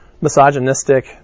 misogynistic